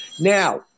Now